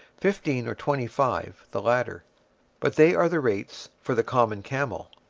fifteen or twenty-five the latter but they are the rates for the common camel.